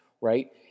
right